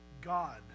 God